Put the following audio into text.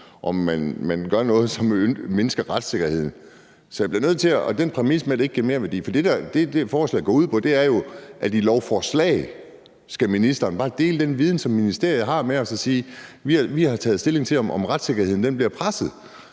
at man gør noget, som vil mindske retssikkerheden. Jeg bliver nødt til at anholde den præmis med, at det ikke giver merværdi, for det, forslaget går ud på, er jo, at i lovforslag skal ministeren bare dele den viden, som ministeriet har, med os og sige: Vi har taget stilling til, om retssikkerheden bliver presset.